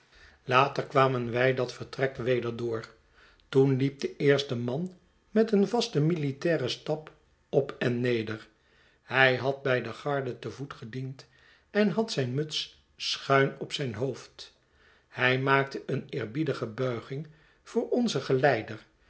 later kwamen wij dat vertrek weder door toen liep de eerste man met een vasten militairen stap op en neder hij had bij de garde te voet gediend en had zijn muts schuin op zijn hoofd hij maakte een eerbiedige bulging voor onzen geleider